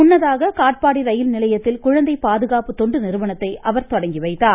முன்னதாக காட்பாடி ரயில் நிலையத்தில் குழந்தை பாதுகாப்பு தொண்டு நிறுவனத்தை அவர் தொடங்கி வைத்தார்